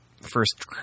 first